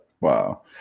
Wow